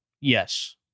Yes